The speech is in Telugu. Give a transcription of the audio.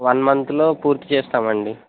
వన్ మంత్లో పూర్తి చేస్తామండి